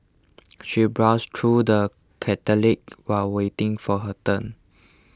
she browsed through the catalogues while waiting for her turn